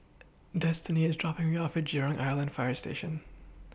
Destini IS dropping Me off At Jurong Island Fire Station